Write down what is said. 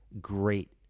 great